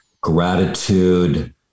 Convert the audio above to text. gratitude